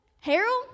Harold